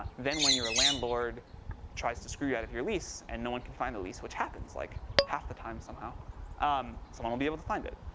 ah then when your landlord tries to you out of your lease and no-one can find the lease which happens like, half the time somehow um someone will be able to find it.